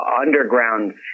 underground